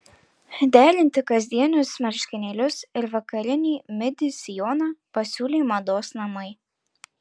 derinti kasdienius marškinėlius ir vakarinį midi sijoną pasiūlė mados namai